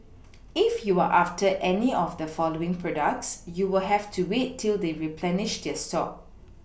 if you're after any of the following products you'll have to wait till they replenish their stock